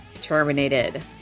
terminated